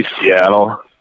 Seattle